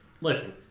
listen